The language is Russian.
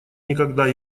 никогда